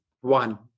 one